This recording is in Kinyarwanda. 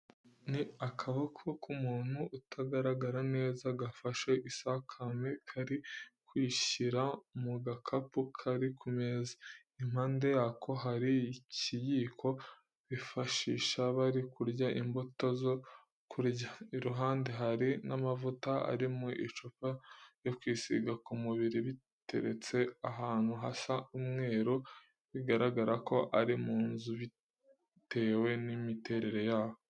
Ni akaboko k'umuntu utagaragara neza gafashe isakame kari kuyishyira mu gakapu kari ku meza. Impande yako hari ikiyiko bifashisha bari kurya n'imbuto zo kurya. Iruhande hari n'amavuta ari mu icupa yo kwisiga ku mubiri biteretse ahantu hasa umweru bigaragara ko ari mu nzu bitewe n'imiterere yaho.